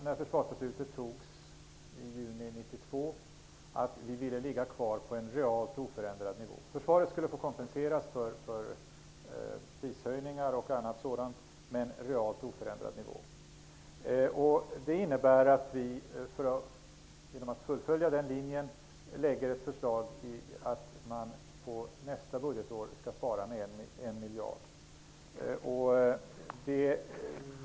När försvarsbeslutet fattades i juni 1992 sade vi att vi ville ligga kvar på en realt oförändrad nivå. Försvaret skulle kompenseras för prishöjningar o.d. Men det skulle alltså vara en realt oförändrad nivå. Det innebär att vi genom att fullfölja den linjen lägger fram vårt förslag om att man nästa budgetår skall spara 1 miljard.